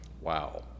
Wow